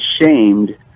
ashamed